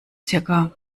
circa